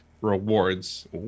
rewards